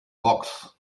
box